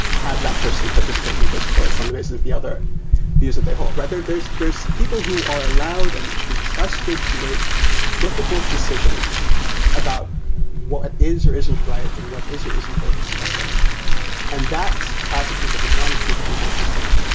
have that person participate in the discourse on the basis of the other views that they hold, rather. there's there's people who are allowed and should be trusted to make difficult decisions about what is or isn't right and what is or isn't worth discussing and that cost of people does not include people who think,